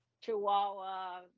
chihuahua